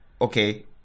okay